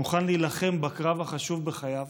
מוכן להילחם בקרב החשוב בחייו,